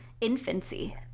infancy